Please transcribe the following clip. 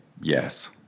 Yes